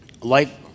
Life